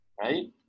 right